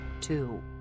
two